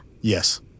Yes